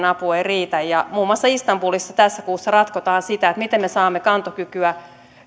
apu riitä muun muassa istanbulissa tässä kuussa ratkotaan sitä miten me saamme kantokykyä